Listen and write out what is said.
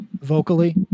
vocally